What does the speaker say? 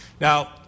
Now